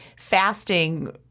fasting